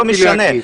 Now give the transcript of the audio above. זה לא משנה,